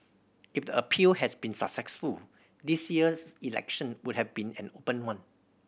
if the appeal has been successful this year's election would have been an open one